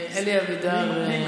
אלי אבידר.